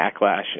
backlash